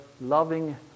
loving